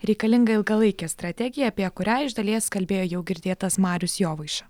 reikalinga ilgalaikė strategija apie kurią iš dalies kalbėjo jau girdėtas marius jovaiša